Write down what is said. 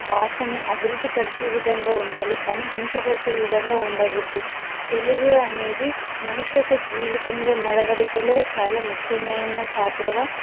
భాషని అభివృద్ధి పరిచే విధంగా ఉండాలి కానీ హింసపరిచే విధంగా ఉండకూడదు తెలుగు అనేది మనిషి యొక్క జీవితంలో నడవడికలో చాలా ముఖ్యమైన పాత్రగా